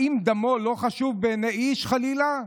האם דמו לא חשוב בעיני איש, חלילה?